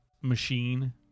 machine